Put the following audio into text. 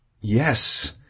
Yes